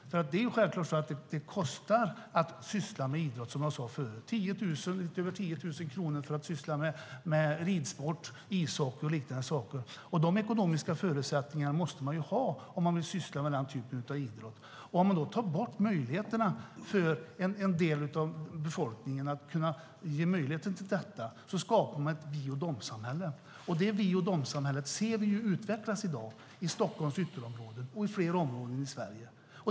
Det kostar att syssla med idrott, som jag sade förut. Det kostar lite över 10 000 kronor med ridsport, ishockey och sådana saker. Man måste ha ekonomiska förutsättningar om man vill syssla med den typen av idrott. Om möjligheterna till detta tas bort för en del av befolkningen skapar man ett vi-och-de-samhälle. Det samhället ser vi utvecklas i dag i Stockholms ytterområden och i fler områden i Sverige.